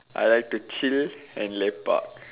I like to chill and lepak